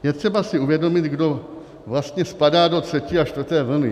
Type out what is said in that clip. Je třeba si uvědomit, kdo vlastně spadá do třetí a čtvrté vlny.